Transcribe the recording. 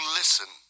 listen